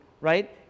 right